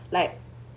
like